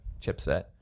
chipset